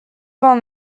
vingt